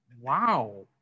wow